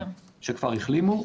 שכבר החלימו,